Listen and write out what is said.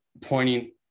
pointing